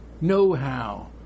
know-how